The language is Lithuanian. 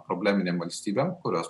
probleminėm valstybėm kurios